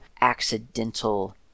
accidental